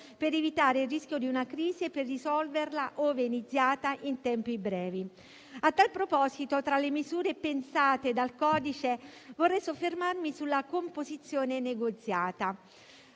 per evitare il rischio di una crisi e per risolverla, ove iniziata, in tempi brevi. A tal proposito, tra le misure pensate dal codice vorrei soffermarmi sulla composizione negoziata.